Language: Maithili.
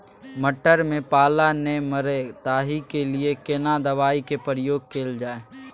मटर में पाला नैय मरे ताहि के लिए केना दवाई के प्रयोग कैल जाए?